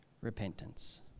repentance